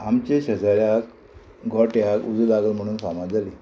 आमच्या शेजाऱ्याक घोट्याक उजो लागल म्हणून फामाद जाली